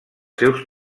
seus